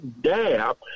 dab